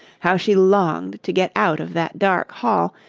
how she longed to get out of that dark hall,